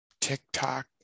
TikTok